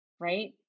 Right